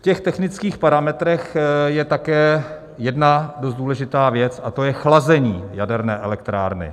V technických parametrech je také jedna dost důležitá věc, a to je chlazení jaderné elektrárny.